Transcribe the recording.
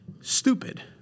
stupid